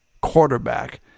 quarterback